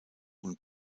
und